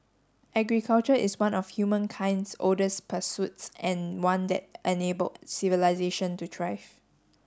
agriculture is one of humankind's oldest pursuits and one that enabled civilisation to thrive